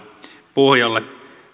pohjalle